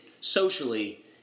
socially